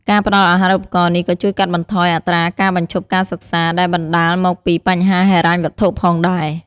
ការផ្ដល់អាហារូបករណ៍នេះក៏ជួយកាត់បន្ថយអត្រាការបញ្ឈប់ការសិក្សា ដែលបណ្ដាលមកពីបញ្ហាហិរញ្ញវត្ថុផងដែរ។